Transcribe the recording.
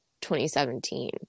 2017